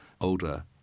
older